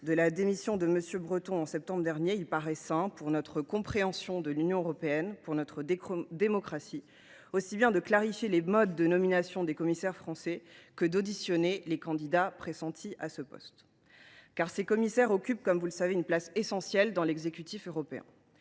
de la démission de M. Thierry Breton en septembre dernier, il apparaît sain, pour notre compréhension de l’Union européenne et pour notre démocratie, aussi bien de clarifier les modes de nomination des commissaires français que d’auditionner les candidats pressentis à ces postes. Ces commissaires occupent en effet, comme vous le savez, une place essentielle au sein de l’exécutif européen.